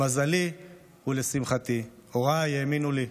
למזלי ולשמחתי, הוריי האמינו לי,